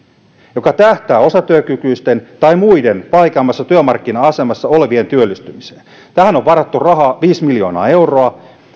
joka tähtää osatyökykyisten tai muiden vaikeammassa työmarkkina asemassa olevien työllistymiseen tähän on varattu rahaa viisi miljoonaa euroa